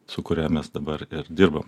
su kuria mes dabar ir dirbam